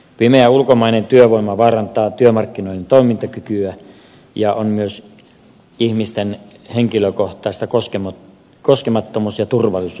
pimeä ulkomainen työvoima vaarantaa työmarkkinoiden toimintakykyä ja myös ihmisten henkilökohtainen koskemattomuus ja turvallisuus ovat uhattuina